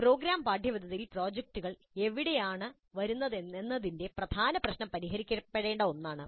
programme പാഠ്യപദ്ധതിയിൽ പ്രോജക്റ്റുകൾ എവിടെയാണ് വരുന്നത് എന്നതിന്റെ പ്രധാന പ്രശ്നം പരിഹരിക്കപ്പെടേണ്ട ഒന്നാണ്